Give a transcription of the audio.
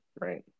right